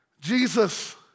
Jesus